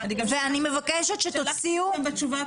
נעשה את האבחון בכיתה י' ואז נבדוק.